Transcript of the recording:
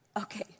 Okay